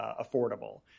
affordable